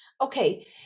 Okay